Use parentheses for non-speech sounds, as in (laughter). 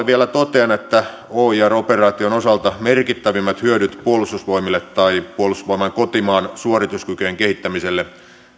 (unintelligible) vielä totean että oir operaation osalta merkittävimmät hyödyt puolustusvoimille tai puolustusvoimain kotimaan suorituskykyjen kehittämiselle